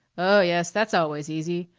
oh, yes, that's always easy.